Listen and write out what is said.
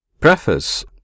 Preface